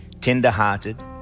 tender-hearted